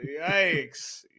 Yikes